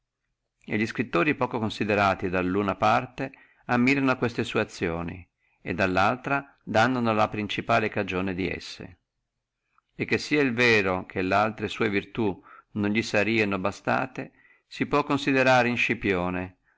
li scrittori poco considerati dalluna parte ammirano questa sua azione dallaltra dannono la principale cagione di essa e che sia vero che laltre sua virtù non sarebbano bastate si può considerare in scipione